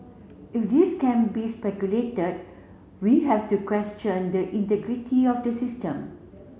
if this can be speculated we have to question the integrity of the system